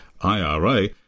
IRA